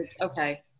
Okay